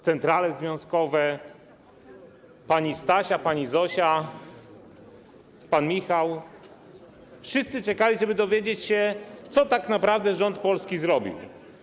Centrale związkowe, pani Stasia, pani Zosia, pan Michał, wszyscy czekali, żeby dowiedzieć się, co tak naprawdę zrobił polski rząd.